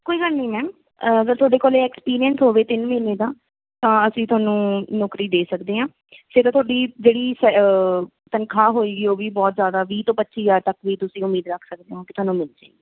ਕੋਈ ਗੱਲ ਨਹੀਂ ਮੈਮ ਅਗਰ ਤੁਹਾਡੇ ਕੋਲ ਐਕਸਪੀਰੀਅੰਸ ਹੋਵੇ ਤਿੰਨ ਮਹੀਨੇ ਦਾ ਤਾਂ ਅਸੀਂ ਤੁਹਾਨੂੰ ਨੌਕਰੀ ਦੇ ਸਕਦੇ ਹਾਂ ਫੇਰ ਤਾਂ ਤੁਹਾਡੀ ਜਿਹੜੀ ਸੈ ਤਨਖਾਹ ਹੋਏਗੀ ਉਹ ਵੀ ਬਹੁਤ ਜ਼ਿਆਦਾ ਵੀਹ ਤੋਂ ਪੱਚੀ ਹਜ਼ਾਰ ਤੱਕ ਵੀ ਤੁਸੀਂ ਉਮੀਦ ਰੱਖ ਸਕਦੇ ਹੋ ਕਿ ਤੁਹਾਨੂੰ ਮਿਲ ਜੇਗੀ